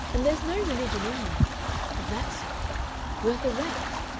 and there's no religion in me of that sort worth a rap.